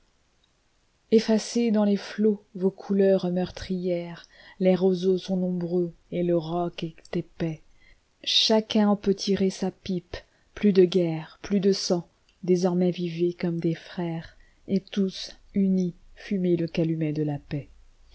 effacez dans les flots vos couleurs meurtrières les roseaux sont nombreux et le roc est épais chacun en peut tirer sa pipe plus de guerres plus de sang désormais vivez comme des frères et tous unis fumez le calumet de paixl